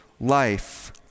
life